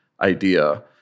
idea